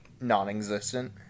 non-existent